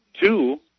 Two